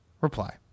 Reply